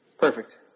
Perfect